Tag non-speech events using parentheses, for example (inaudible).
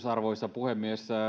(unintelligible) arvoisa puhemies